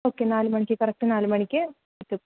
okay നാലുമണിക്ക് correct നാലുമണിക്ക് എത്തും